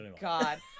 god